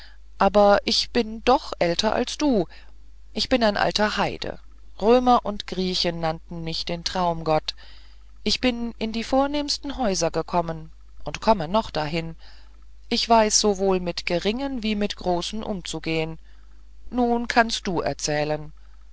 aber ich bin doch älter als du ich bin ein alter heide römer und griechen nannten mich den traumgott ich bin in die vornehmsten häuser gekommen und komme noch dahin ich weiß sowohl mit geringen wie mit großen umzugehen nun kannst du erzählen